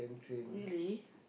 really